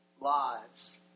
lives